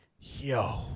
Yo